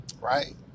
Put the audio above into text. right